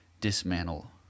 dismantle